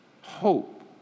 Hope